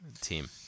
Team